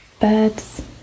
Birds